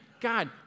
God